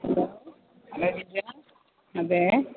അതെ